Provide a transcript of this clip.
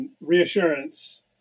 Reassurance